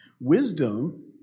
wisdom